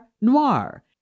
noir